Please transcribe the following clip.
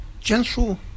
gentle